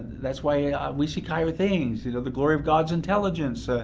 that's why we seek higher things you know the glory of god's intelligence,